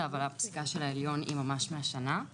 אבל הפסיקה של העליון היא ממש מהשנה.